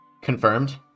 Confirmed